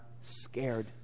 scared